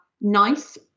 NICE